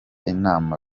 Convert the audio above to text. inama